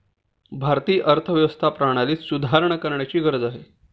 भारतीय अर्थव्यवस्था प्रणालीत सुधारणा करण्याची गरज आहे